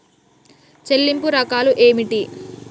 చెల్లింపు రకాలు ఏమిటి?